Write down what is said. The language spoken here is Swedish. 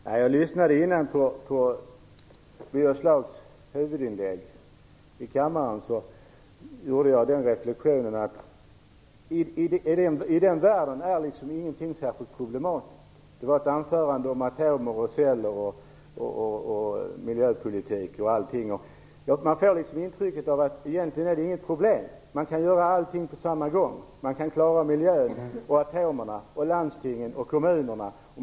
Fru talman! När jag förut lyssnade på Birger Schlaugs huvudinlägg i kammaren gjorde jag den reflexionen att i den världen är ingenting särskilt problematiskt. Det var ett anförande om atomer, celler, miljöpolitik och allting. Man får liksom intrycket att egentligen är det inget problem. Man kan göra allting på samma gång. Man kan klara miljön och atomerna och landstingen och kommunerna.